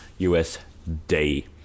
USD